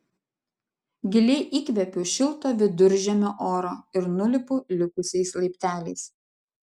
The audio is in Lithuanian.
giliai įkvepiu šilto viduržemio oro ir nulipu likusiais laipteliais